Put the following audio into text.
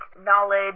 knowledge